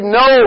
no